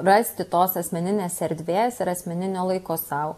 rasti tos asmeninės erdvės ir asmeninio laiko sau